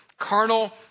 carnal